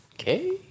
Okay